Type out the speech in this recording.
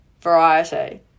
variety